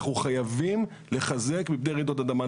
אנחנו חייבים לחזק מפני רעידות אדמה.